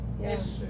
Yes